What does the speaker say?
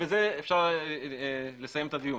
בזה אפשר לסיים את הדיון.